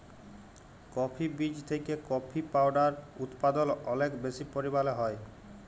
coffee বীজ থেকে coffee powder উদপাদল অলেক বেশি পরিমালে হ্যয়